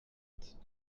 vite